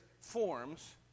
forms